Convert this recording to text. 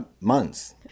months